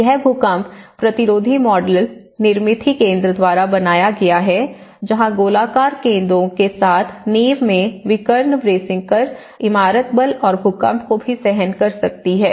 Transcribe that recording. यह भूकंप प्रतिरोधी मॉडल निर्मिथि केंद्र द्वारा बनाया गया है जहां गोलाकार गेंदों के साथ नींव में विकर्ण ब्रेसिंग कर इमारत बल और भूकंप को भी सहन कर सकती है